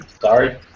Sorry